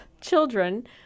children